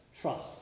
trust